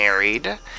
married